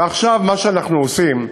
ועכשיו, מה שאנחנו עושים,